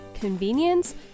convenience